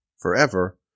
forever